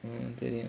தெரியும்:theriyum